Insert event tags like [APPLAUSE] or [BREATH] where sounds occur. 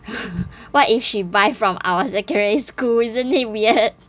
[BREATH] what if she buy from our secondary school isn't it weird